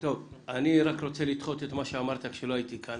אני רק רוצה לדחות את מה שאמרת כשלא הייתי כאן.